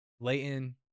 Leighton